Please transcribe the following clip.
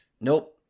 Nope